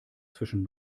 zwischen